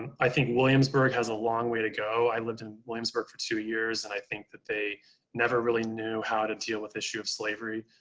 i think williamsburg has a long way to go. i lived in williamsburg for two years, and i think that they never really knew how to deal with the issue of slavery.